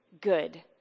good